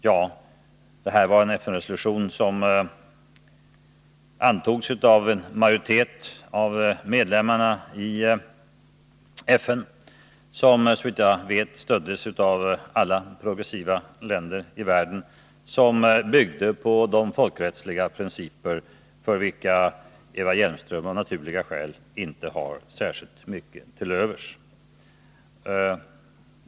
Ja, det här var en FN-resolution som antogs av en majoritet av medlemmarna i FN, som såvitt jag vet stöddes av alla. progressiva länder i världen och som byggde på de folkrättsliga principer för vilka Eva Hjelmström tydligen inte har särskilt mycket till övers.